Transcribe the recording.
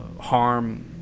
harm